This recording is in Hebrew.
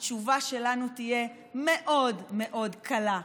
התשובה שלנו תהיה מאוד מאוד קלה,